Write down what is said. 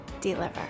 Deliver